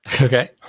Okay